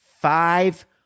five